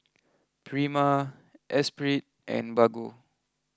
Prima Esprit and Bargo